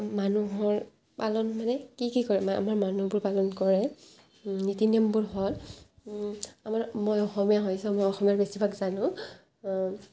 মানুহৰ পালন মানে কি কি কৰে আমাৰ মানুহবোৰ পালন কৰে নীতি নিয়মবোৰ হয় মানে মই অসমীয়া হয় ছ' মই অসমীয়াৰ বেছিভাগ জানো